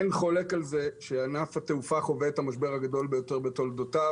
אין חולק על זה שענף התעופה חווה את המשבר הגדול ביותר בתולדותיו.